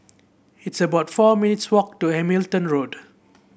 it's about four minutes' walk to Hamilton Road